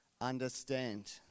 understand